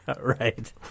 Right